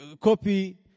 copy